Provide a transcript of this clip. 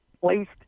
placed